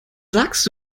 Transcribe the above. sagst